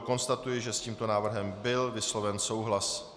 Konstatuji, že s tímto návrhem byl vysloven souhlas.